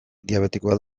diabetikoa